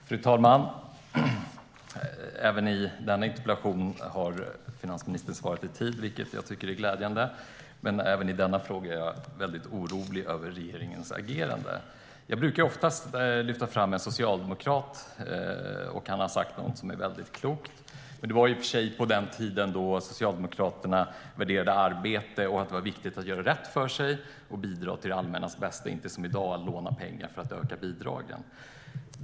Fru talman! Även denna interpellation har finansministern besvarat i tid, vilket jag tycker är glädjande, men även i denna fråga är jag orolig över regeringens agerande. Jag brukar ofta lyfta fram något väldigt klokt som en socialdemokrat har sagt. Det var i och för sig på den tiden då Socialdemokraterna värderade arbete och att det var viktigt att göra rätt för sig och bidra till det allmännas bästa och inte som i dag låna pengar för att öka bidragen.